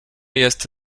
jest